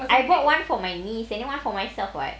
I bought one for my niece any then one for myself [what]